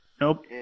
Nope